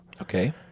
Okay